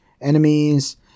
enemies